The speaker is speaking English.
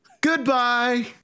Goodbye